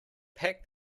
packed